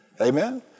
Amen